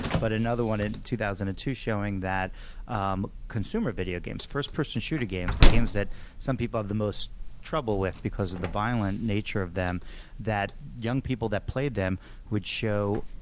but another one in two thousand and two showing that um consumer video games first-person shooter games, the games that some people have the most trouble with because of the violent nature of them that young people that played them would show